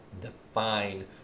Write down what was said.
define